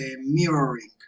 mirroring